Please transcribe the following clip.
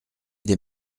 des